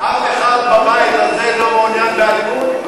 אף אחד בבית הזה לא מעוניין באלימות,